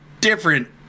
different